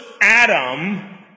Adam